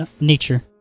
nature